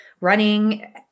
running